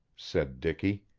said dicky.